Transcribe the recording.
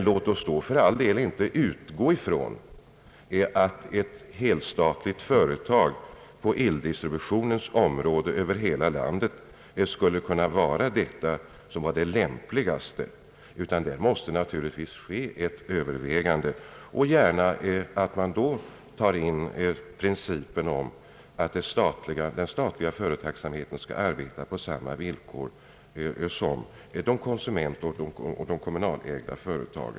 Låt oss då för all del inte utgå ifrån att ett helstatligt företag för eldistribution över hela landet skulle vara det lämpligaste. Vid de överväganden som naturligtvis måste göras bör man gärna ta in den principen att den statliga företagsamheten skall arbeta på samma villkor som den konsumentoch kommunalägda.